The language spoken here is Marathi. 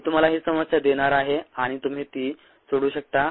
मी तुम्हाला ही समस्या देणार आहे आणि तुम्ही ती सोडवू शकता